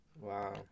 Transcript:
Wow